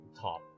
top